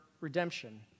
redemption